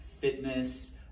fitness